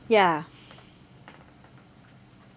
ya